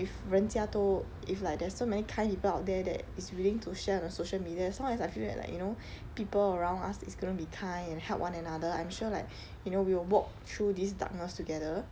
if 人家都 if like there's so many kind people out there that is willing to share on the social media as long as I feel that like you know people around us is gonna be kind and help one another I'm sure like you know we'll walk through this darkness together